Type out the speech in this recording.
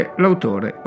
l'autore